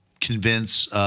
convince